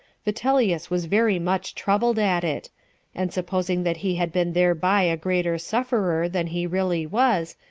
vitellius was very much troubled at it and supposing that he had been thereby a greater sufferer than he really was,